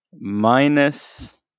minus